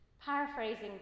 Paraphrasing